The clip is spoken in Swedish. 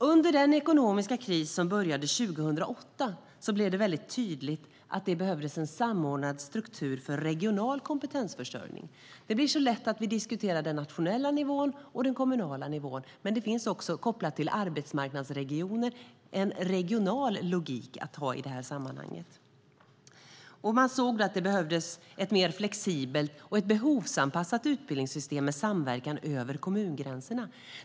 Under den ekonomiska kris som började 2008 blev det väldigt tydligt att det behövdes en samordnad struktur för regional kompetensförsörjning. Det blir så lätt att vi diskuterar den nationella nivån och den kommunala nivån, men det finns också kopplat till arbetsmarknadsregioner en regional logik att ha i detta sammanhang. Man såg att det behövdes ett mer flexibelt och behovsanpassat utbildningssystem med samverkan över kommungränserna.